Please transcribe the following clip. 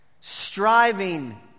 striving